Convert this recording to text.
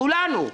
כולנו.